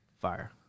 Fire